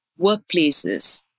workplaces